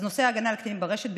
אז נושא ההגנה על קטינים ברשת,